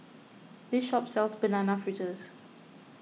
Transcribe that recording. this shop sells Banana Fritters